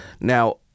Now